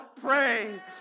pray